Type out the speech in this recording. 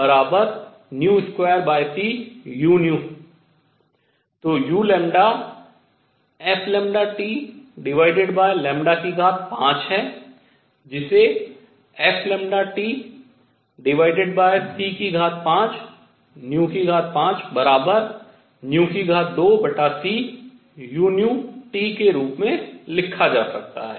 तो u fT5 है जिसे fTc552cu के रूप में लिखा जा सकता है